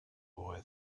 boy